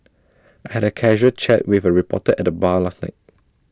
I had A casual chat with A reporter at the bar last night